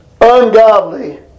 ungodly